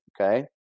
okay